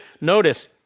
notice